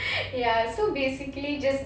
ya so basically just